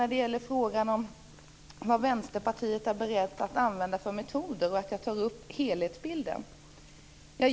När det gäller frågan om vilka metoder Vänsterpartiet är berett att använda vill jag ta upp helhetsbilden.